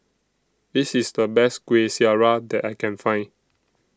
This IS The Best Kueh Syara that I Can Find